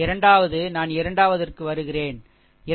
இரண்டாவது நான் இரண்டாவதற்கு வருகிறேன் சரி